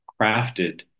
crafted